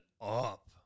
up